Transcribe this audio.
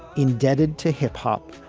indebted to hip hop,